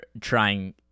trying